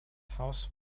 house